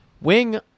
Wing